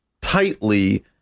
tightly